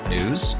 News